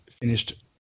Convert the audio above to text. finished